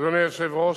אדוני היושב-ראש,